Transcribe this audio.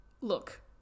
Look